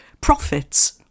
profits